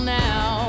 now